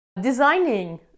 designing